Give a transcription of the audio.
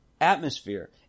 atmosphere